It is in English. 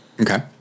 Okay